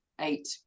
eight